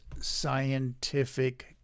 scientific